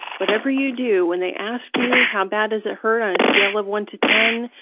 whatever you do, when they ask you how bad does it hurt on a scale of one to ten,